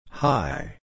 Hi